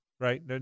right